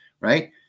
Right